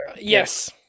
Yes